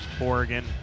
Oregon